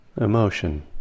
emotion